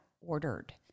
ordered